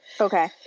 Okay